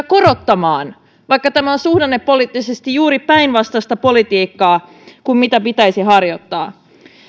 korottamaan vaikka tämä on suhdannepoliittisesti juuri päinvastaista politiikkaa kuin mitä pitäisi harjoittaa